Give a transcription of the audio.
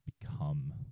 become